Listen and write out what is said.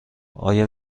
آیا